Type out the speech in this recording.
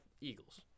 Eagles